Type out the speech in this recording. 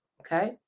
Okay